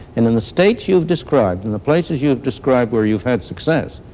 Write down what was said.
in in the states you've described, in the places you have described where you've had success,